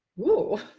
woo!